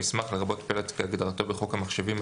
"מסמך" - לרבות פלט כהגדרתו בחוק המחשבים,